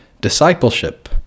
discipleship